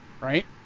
Right